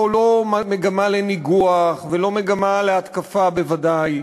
לא מגמה לניגוח ולא מגמה להתקפה בוודאי.